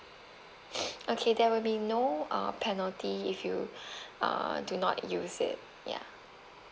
okay there will be no uh penalty if you uh do not use it ya